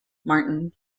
martin